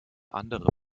andere